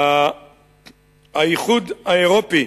האיחוד האירופי